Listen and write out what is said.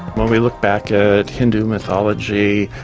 when we look back ah at hindu mythology,